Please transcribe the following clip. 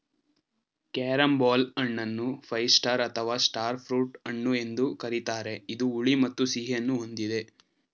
carambola ಹಣ್ಣನ್ನು five star ಅಥವಾ star fruit ಹಣ್ಣು ಎಂದು ಕರಿತಾರೆ ಇದು ಹುಳಿ ಮತ್ತು ಸಿಹಿಯನ್ನು ಹೊಂದಿದೆ